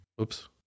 Oops